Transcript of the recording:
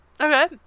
Okay